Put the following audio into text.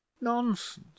nonsense